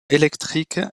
électrique